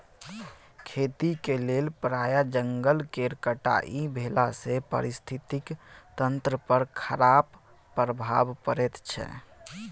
खेतीक लेल प्राय जंगल केर कटाई भेलासँ पारिस्थितिकी तंत्र पर खराप प्रभाव पड़ैत छै